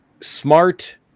smart